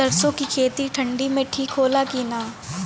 सरसो के खेती ठंडी में ठिक होला कि ना?